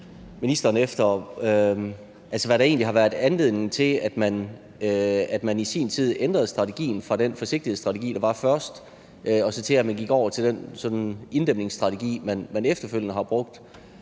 hvad der egentlig har været anledningen til, at man i sin tid ændrede strategien fra den forsigtighedsstrategi, der var først, til den inddæmningsstrategi, man gik over